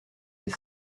des